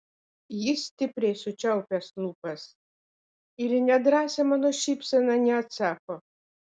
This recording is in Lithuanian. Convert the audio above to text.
jis stipriai sučiaupęs lūpas ir į nedrąsią mano šypseną neatsako